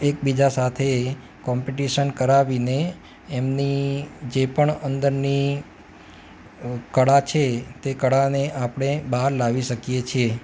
એકબીજા સાથે કોમ્પિટિશન કરાવીને એમની જે પણ અંદરની કળા છે તે કળાને આપણે બહાર લાવી શકીએ છે